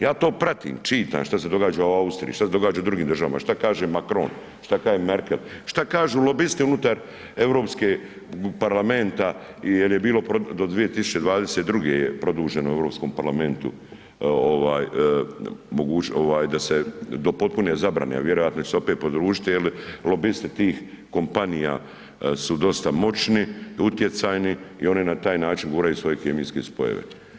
Ja to pratim, čitam šta se događa u Austriji, šta se događa u drugim državama, šta kaže Macron, šta kaže Merkel, šta kažu lobisti unutar Europskog parlamenta jel je bilo do 2022. je produženo u Europskom parlamentu ovaj, ovaj da se do potpune zabrane, a vjerojatno će se opet podružiti jer lobisti tih kompanija su dosta moćni i utjecajni i oni na taj način guraju svoje kemijske spojeve.